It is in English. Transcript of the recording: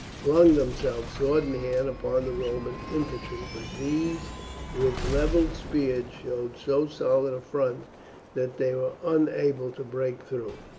flung themselves, sword in hand, upon the roman infantry but these with levelled spears showed so solid a front that they were unable to break through,